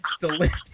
delicious